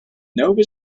nova